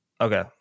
Okay